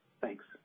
Thanks